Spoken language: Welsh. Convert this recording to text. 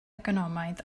economaidd